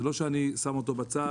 זה לא שאני שם אותו בצד,